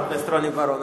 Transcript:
חבר הכנסת רוני בר-און.